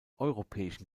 europäischen